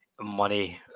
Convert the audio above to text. money